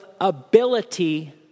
ability